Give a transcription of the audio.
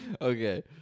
Okay